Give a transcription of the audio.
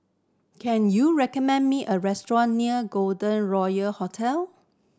can you recommend me a restaurant near Golden Royal Hotel